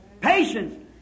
patience